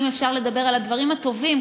אם אפשר לדבר על הדברים הטובים,